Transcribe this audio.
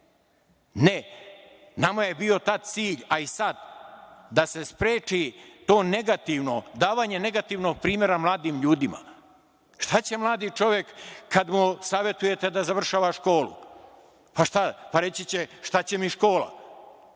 Ne. Nama je bio tada cilj a i sad da se spreči to negativno, davanje negativnog primera mladim ljudima. Šta će mladi čovek kada mu savetujete da završava školu? Šta, reći će - šta će mi škola